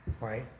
Right